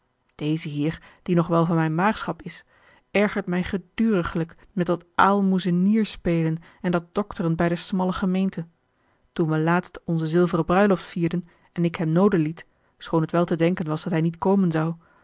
deze hier die nog wel van mijne maagschap is ergert mij geduriglijk met dat aalmoezenierspelen en dat dokteren bij de smalle gemeente toen we laatst onze zilveren bruiloft vierden en ik hem nooden liet schoon t wel te denken was dat hij niet komen zou